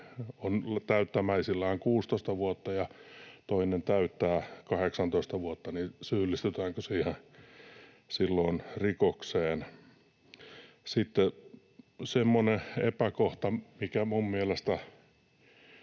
on täyttämäisillään 16 vuotta, ja toinen täyttää 18 vuotta. Syyllistytäänkö siinä silloin rikokseen? Sitten semmoinen epäkohta, mikä —